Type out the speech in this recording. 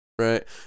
right